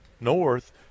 north